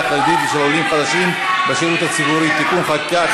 החרדית ושל עולים חדשים בשירות הציבורי תיקון חקיקה,